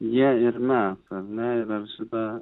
jie ir mes ar ne ir ar šita